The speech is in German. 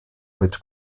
mit